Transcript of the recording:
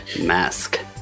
mask